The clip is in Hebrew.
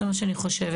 זה מה שאני חושבת.